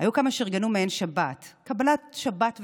היו כמה שארגנו מעין שבת, קבלת שבת וקידוש.